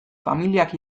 familiak